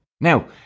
now